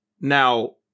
Now